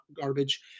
garbage